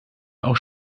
auch